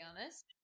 honest